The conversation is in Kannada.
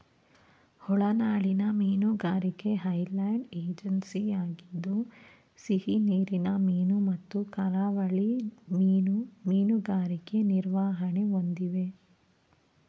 ಒಳನಾಡಿನ ಮೀನುಗಾರಿಕೆ ಐರ್ಲೆಂಡ್ ಏಜೆನ್ಸಿಯಾಗಿದ್ದು ಸಿಹಿನೀರಿನ ಮೀನು ಮತ್ತು ಕರಾವಳಿ ಮೀನು ಮೀನುಗಾರಿಕೆ ನಿರ್ವಹಣೆ ಹೊಂದಿವೆ